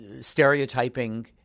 stereotyping